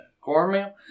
cornmeal